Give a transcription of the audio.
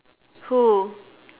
who